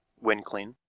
winclean,